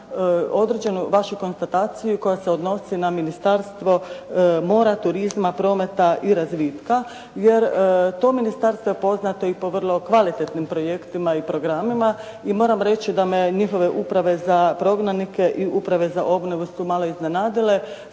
određenu vašu konstataciju koja se odnosi na Ministarstvo mora, turizma, prometa i razvitka, jer to ministarstvo je poznato i po vrlo kvalitetnim projektima i programima i moram reći da me njihove uprave za prognanike i uprave za obnovu su malo iznenadile